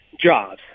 jobs